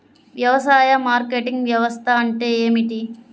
వ్యవసాయ మార్కెటింగ్ వ్యవస్థ అంటే ఏమిటి?